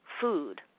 food